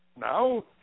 Now